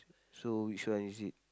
so which one is it